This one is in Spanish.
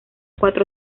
cuatro